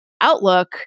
outlook